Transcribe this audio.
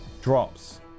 drops